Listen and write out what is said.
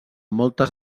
moltes